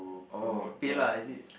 orh PayLah is it